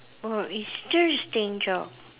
oh interesting job